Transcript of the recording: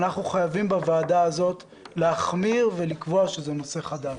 אנחנו חייבים בוועדה הזו להחמיר ולקבוע שזה נושא חדש.